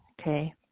Okay